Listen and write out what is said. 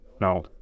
No